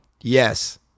Yes